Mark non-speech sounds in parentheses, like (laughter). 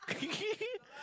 (laughs)